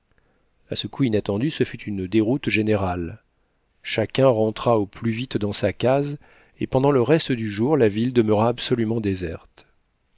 a ce coup inattendu ce fut une déroute générale chacun rentra au plus vite dans sa case et pendant le reste du jour la ville demeura absolument déserte